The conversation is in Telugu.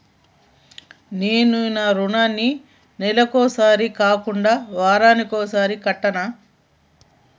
నేను నా రుణాన్ని నెలకొకసారి కాకుండా వారానికోసారి కడ్తన్నా